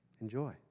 Enjoy